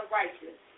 righteous